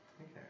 Okay